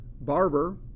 Barber